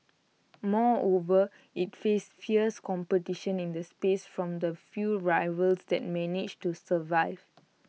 moreover IT faced fierce competition in the space from the few rivals that managed to survive